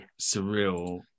surreal